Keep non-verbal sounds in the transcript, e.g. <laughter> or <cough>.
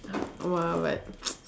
!wah! but <noise>